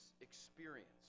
experience